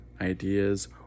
ideas